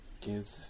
Give